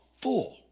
full